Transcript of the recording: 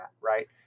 right